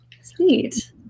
Sweet